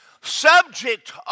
subject